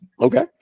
Okay